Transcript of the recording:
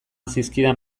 zizkidan